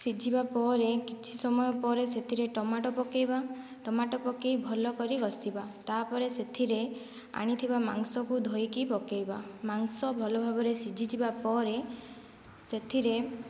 ସିଝିବା ପରେ କିଛି ସମୟ ପରେ ସେଥିରେ ଟମାଟୋ ପକେଇବା ଟମାଟୋ ପକେଇ ଭଲକରି କଷିବା ତାପରେ ସେଥିରେ ଆଣିଥିବା ମାଂସକୁ ଧୋଇକରି ପକେଇବା ମାଂସ ଭଲ ଭାବରେ ସିଝିଯିବା ପରେ ସେଥିରେ